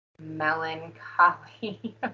melancholy